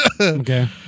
Okay